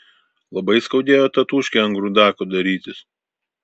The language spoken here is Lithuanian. labai skaudėjo tatūškę ant grūdako darytis